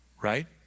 Right